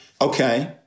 Okay